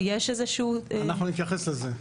אנחנו נתייחס לזה.